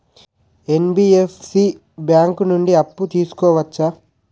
NBFC bank నుండి అప్పు తీసుకోవచ్చా?